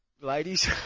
ladies